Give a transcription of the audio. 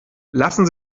lassen